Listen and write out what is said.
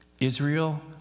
Israel